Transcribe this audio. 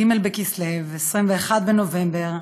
ג' בכסלו, 21 בנובמבר,